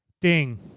Ding